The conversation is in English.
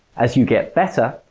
as you get better,